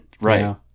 Right